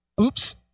Oops